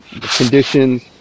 conditions